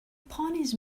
ponies